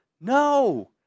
No